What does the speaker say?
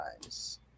times